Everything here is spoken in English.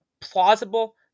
plausible